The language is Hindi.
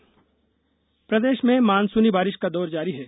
मौसम बारिश प्रदेश में मानसूनी बारिश का दौर जारी है